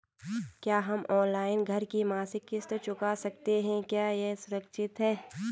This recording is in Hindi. क्या हम ऑनलाइन घर की मासिक किश्त चुका सकते हैं क्या यह सुरक्षित है?